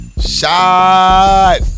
Shot